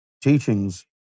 teachings